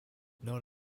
known